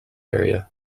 area